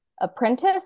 apprentice